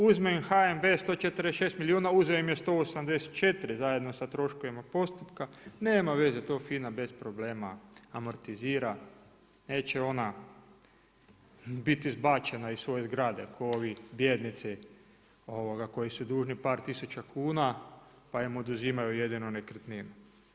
Uzme im HNB 146 milijuna, uzeo im je 184 zajedno sa troškovima postupka, nema veze to FINA bez problema amortizira, neće ona biti izbačena iz svoje zgrade ko ovi bijednici koji su dužni par tisuća kuna pa im oduzimaju jedinu nekretninu.